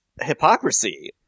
hypocrisy